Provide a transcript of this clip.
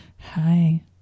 Hi